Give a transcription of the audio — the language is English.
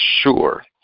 sure